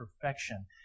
perfection